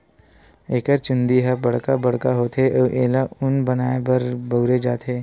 एकर चूंदी ह बड़का बड़का होथे अउ एला ऊन बनाए बर बउरे जाथे